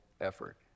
effort